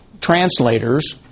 translators